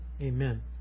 Amen